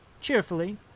cheerfully